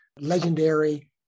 legendary